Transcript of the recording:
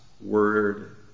word